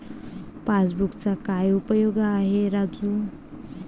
पासबुकचा काय उपयोग आहे राजू?